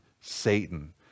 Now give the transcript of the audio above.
Satan